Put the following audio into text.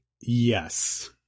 yes